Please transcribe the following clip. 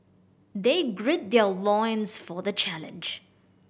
they gird their loins for the challenge